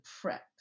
prep